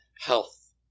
health